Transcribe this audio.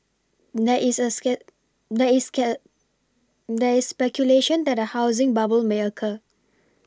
there is a scare there scare there is speculation that a housing bubble may occur